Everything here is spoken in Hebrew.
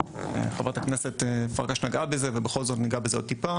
חברת הכנסת פרקש נגעה בזה ובכל זאת ניגע בזה עוד טיפה